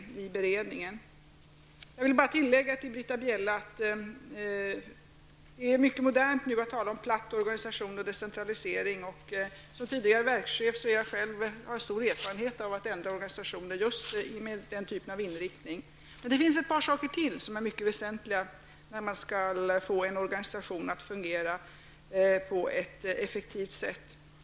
Till Britta Bjelle vill jag säga att det nu är mycket modernt att tala om en platt organisation och decentralisering. Som tidigare verkschef har jag stor erfarenhet av organisationsförändringar med just den inriktningen. Det finns ytterligare ett par saker som är mycket väsentliga för att man skall få en organisation att fungera på ett effektivt sätt.